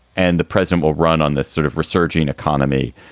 and the president will run on this sort of resurging economy,